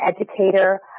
educator